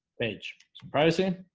page some privacy